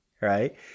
right